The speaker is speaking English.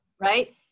Right